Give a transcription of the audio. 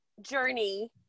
journey